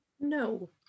no